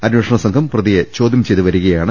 അന്വേഷണ സംഘം പ്രതിയെ ചോദ്യം ചെയ്തുവരികയാണ്